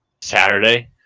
Saturday